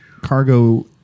Cargo